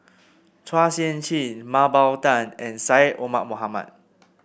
Chua Sian Chin Mah Bow Tan and Syed Omar Mohamed